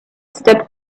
stepped